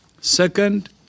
Second